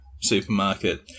supermarket